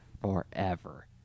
forever